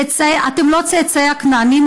אתם לא צאצאי הכנענים,